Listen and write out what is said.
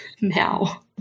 now